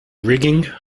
rigging